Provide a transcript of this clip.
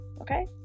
okay